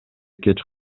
кеч